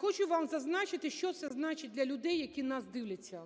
Хочу вам зазначити, що це значить для людей, які нас дивляться.